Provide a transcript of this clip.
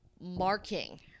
marking